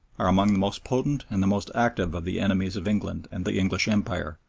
are among the most potent and the most active of the enemies of england and the english empire,